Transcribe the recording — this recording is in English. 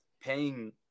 paying –